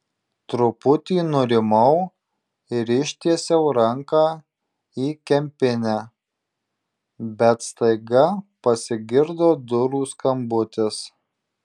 truputį nurimau ir ištiesiau ranką į kempinę bet staiga pasigirdo durų skambutis